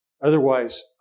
Otherwise